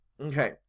Okay